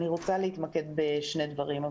אני רוצה להתמקד בשני דברים.